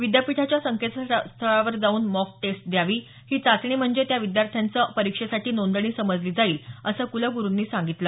विद्यापीठाच्या संकेतस्थळावर जाऊन मॉक टेस्ट द्यावी ही चाचणी म्हणजे त्या विद्यार्थ्याचं परीक्षेसाठी नोंदणी समजली जाईल असं कुलगुरूंनी सांगितलं